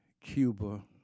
Cuba